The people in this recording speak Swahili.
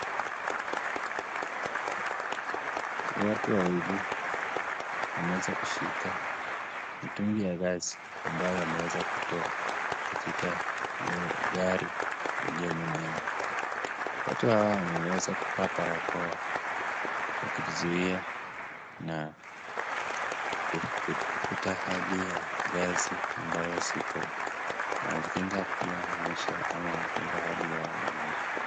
Watu wawili wameweza kushika mitungi ya gesi ambayo wameweza kutoa katika gari iliyo nyuma yao. Watu hao wameweza kuvaa barakoa wakijizuia na kuvuta hali ya gesi ambayo si poa, wanajikinga pia maisha ama wanakinga hali yao ya maisha.